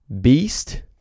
beast